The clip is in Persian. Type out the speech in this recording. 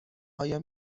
آیا